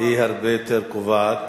הרבה יותר קובעת.